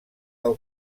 del